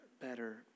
better